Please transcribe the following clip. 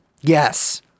Yes